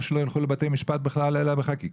שלא ילכו לבתי משפט בכלל אלא בחקיקה,